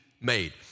made